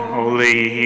Holy